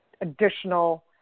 additional